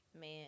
man